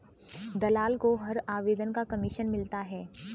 दलाल को हर आवेदन का कमीशन मिलता है